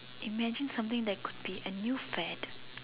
imagine something that could be a new fad